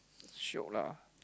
shiok lah